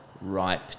ripe